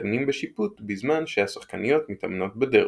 ומתאמנים בשיפוט בזמן שהשחקניות מתאמנות בדרבי.